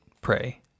pray